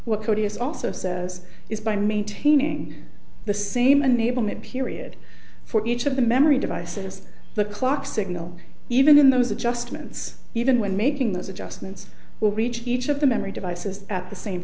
what cody is also says is by maintaining the same unable made period for each of the memory devices the clock signal even those adjustments even when making those adjustments will reach each of the memory devices at the same